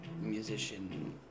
musician